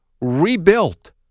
rebuilt